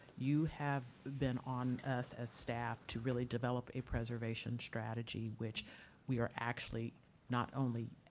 you have been on us as staff to really develop a preservation strategy, which we are actually not only